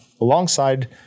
alongside